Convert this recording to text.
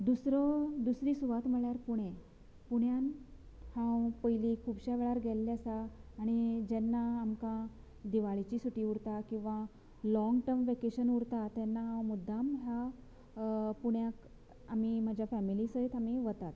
दुसरो दुसरी सुवात म्हळ्यार पुणे पुण्यान हांव पयली खूबश्या वेळार गेल्ले आसा आनीणी जेन्ना आमकां दिवाळेची सुटी उरता किंवां लाँग टर्म वेकेशन उरता तेन्ना हांव मुद्दाम ह्या पुण्याक आमी म्हाज्या फेमिली सयत आमी वतात